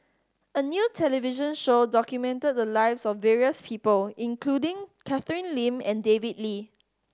a new television show documented the lives of various people including Catherine Lim and David Lee